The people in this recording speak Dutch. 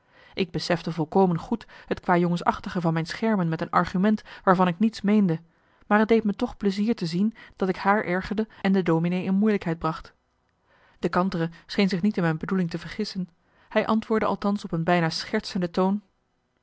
ik besefte volkomen goed het kwajongensachtige van mijn schermen met een argument waarvan ik niets meende maar het deed me toch plezier te zien dat ik haar ergerde en de dominee in moeilijkheid bracht de kantere scheen zich niet in mijn bedoeling te vergissen hij antwoordde althans op een bijna schertsende toon